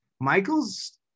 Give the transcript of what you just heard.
Michael's